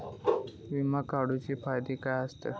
विमा काढूचे फायदे काय आसत?